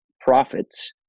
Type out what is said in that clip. profits